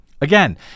Again